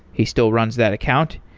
he still runs that account.